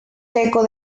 seco